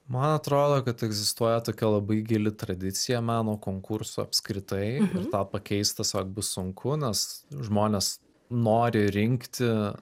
man atrodo kad egzistuoja tokia labai gili tradicija meno konkurso apskritai tą pakeist tiesiog bus sunku nes žmonės nori rinkti